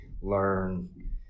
learn